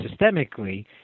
systemically